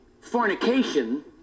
fornication